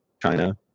China